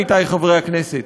עמיתי חברי הכנסת,